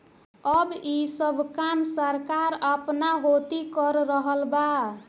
अब ई सब काम सरकार आपना होती कर रहल बा